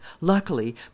luckily